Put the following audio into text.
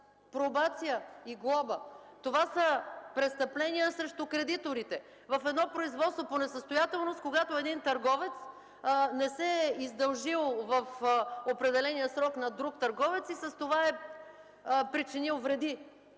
пробация и глоба! Това са престъпления срещу кредиторите! В едно производство по несъстоятелност, когато един търговец не се е издължил в определения срок на друг търговец и с това е причинил вреди!